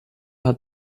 hat